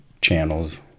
channels